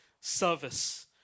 service